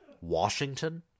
Washington